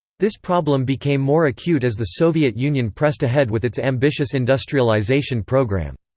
this problem became more acute as the soviet union pressed ahead with its ambitious industrialization program.